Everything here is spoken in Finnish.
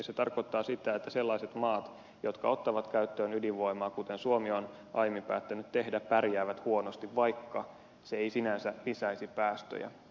se tarkoittaa sitä että sellaiset maat jotka ottavat käyttöön ydinvoimaa kuten suomi on aiemmin päättänyt tehdä pärjäävät huonosti vaikka se ei sinänsä lisäisi päästöjä